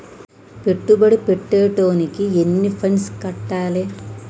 పెట్టుబడి పెట్టేటోనికి ఎన్ని ఫండ్స్ ఉండాలే?